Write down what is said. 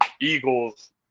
Eagles –